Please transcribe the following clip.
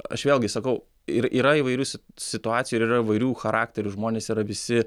aš vėlgi sakau ir yra įvairių si situacijų ir yra įvairių charakterių žmonės yra visi